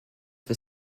for